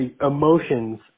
emotions